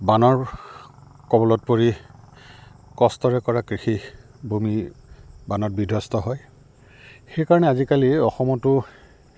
বানৰ কৱলত পৰি কষ্টৰে কৰা কৃষি ভূমি বানত বিধস্থ হয় সেইকাৰণে আজিকালি অসমতো